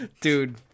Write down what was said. Dude